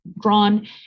drawn